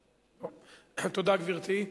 תודה, גברתי.